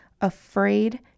afraid